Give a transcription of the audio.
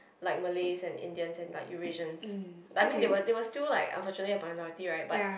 like Malays and Indians and like Eurasians like I mean they were they were still like unfortunately a minority right but